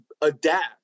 adapt